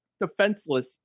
defenseless